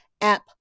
App